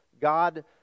God